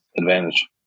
advantage